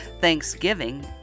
Thanksgiving